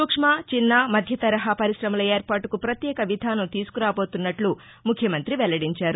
సూక్ష్మ చిన్న మధ్యతరహా పరిశమల ఏర్పాటుకు ప్రత్యేక విధానం తీసుకురాబోతున్నట్ల ముఖ్యమంతి వెల్లడించారు